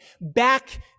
back